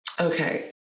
Okay